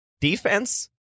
Defense